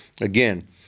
again